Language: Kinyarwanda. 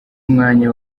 umwanya